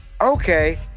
Okay